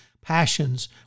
passions